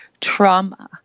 trauma